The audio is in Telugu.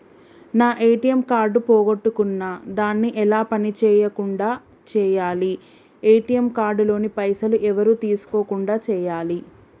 నా ఏ.టి.ఎమ్ కార్డు పోగొట్టుకున్నా దాన్ని ఎలా పని చేయకుండా చేయాలి ఏ.టి.ఎమ్ కార్డు లోని పైసలు ఎవరు తీసుకోకుండా చేయాలి?